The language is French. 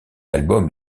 album